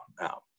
Now